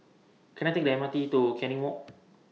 Can I Take The M R T to Canning Walk